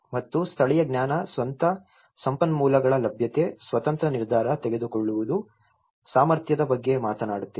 ಮತ್ತು ಸ್ಥಳೀಯ ಜ್ಞಾನ ಸ್ವಂತ ಸಂಪನ್ಮೂಲಗಳ ಲಭ್ಯತೆ ಸ್ವತಂತ್ರ ನಿರ್ಧಾರ ತೆಗೆದುಕೊಳ್ಳುವುದು ಸಾಮರ್ಥ್ಯದ ಬಗ್ಗೆ ಮಾತನಾಡುತ್ತಿದೆ